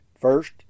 First